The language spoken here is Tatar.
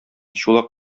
чулак